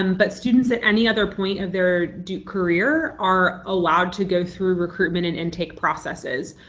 um but students at any other point of their duke career are allowed to go through recruitment and intake processes.